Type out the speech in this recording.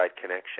Connection